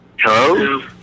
Hello